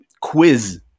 quiz